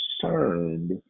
concerned